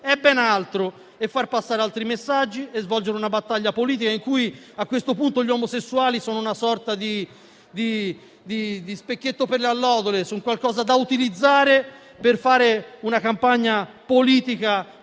è ben altro: far passare altri messaggi e svolgere una battaglia politica in cui, a questo punto, gli omosessuali sono una sorta di specchietto per le allodole, qualcosa da utilizzare per fare una campagna politica